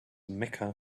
mecca